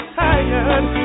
tired